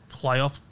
playoff